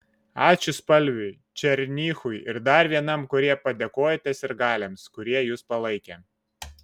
ačiū spalviui černychui ir dar vienam kurie padėkojote sirgaliams kurie jus palaikė